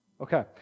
Okay